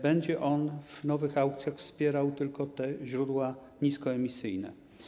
Będzie on w nowych aukcjach wspierał tylko źródła niskoemisyjne.